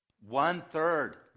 one-third